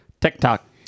TikTok